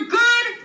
good